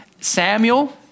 Samuel